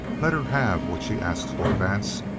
let her have what she asks for, vance.